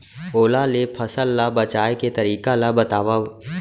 ओला ले फसल ला बचाए के तरीका ला बतावव?